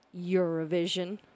Eurovision